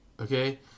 okay